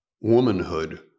womanhood